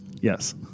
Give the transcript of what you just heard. Yes